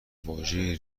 واژه